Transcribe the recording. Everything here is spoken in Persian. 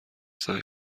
سعی